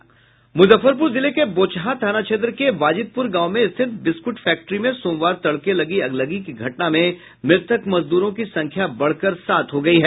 मुजफ्फरपुर जिले के बोचहां थाना क्षेत्र के बाजितपुर गांव में स्थित बिस्किट फैक्ट्री में सोमवार तड़के लगी अगलगी की घटना में मृतक मजदूरों की संख्या बढ़कर सात हो गई है